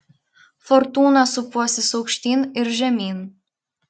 fortūna sūpuosis aukštyn ir žemyn